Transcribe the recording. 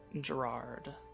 Gerard